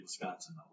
Wisconsin